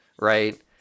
right